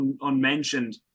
unmentioned